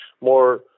more